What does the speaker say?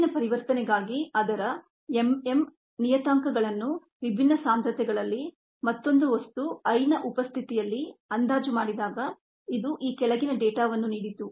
ಮೇಲಿನ ಪರಿವರ್ತನೆಗಾಗಿ ಅದರ M M ನಿಯತಾಂಕಗಳನ್ನು ವಿಭಿನ್ನ ಸಾಂದ್ರತೆಗಳಲ್ಲಿ ಮತ್ತೊಂದು ವಸ್ತು I ನ ಉಪಸ್ಥಿತಿಯಲ್ಲಿ ಅಂದಾಜು ಮಾಡಿದಾಗ ಇದು ಈ ಕೆಳಗಿನ ಡೇಟಾವನ್ನು ನೀಡಿತು